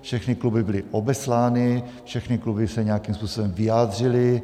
Všechny kluby byly obeslány, všechny kluby se nějakým způsobem vyjádřily.